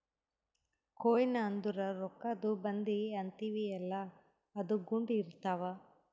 coin ಅಂದುರ್ ರೊಕ್ಕಾದು ಬಂದಿ ಅಂತೀವಿಯಲ್ಲ ಅದು ಗುಂಡ್ ಇರ್ತಾವ್